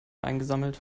eingesammelt